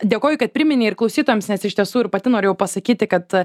dėkoju kad priminei ir klausytojams nes iš tiesų ir pati norėjau pasakyti kad